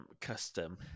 custom